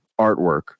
artwork